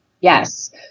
Yes